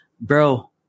bro